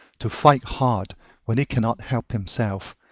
to fight hard when he cannot help himself,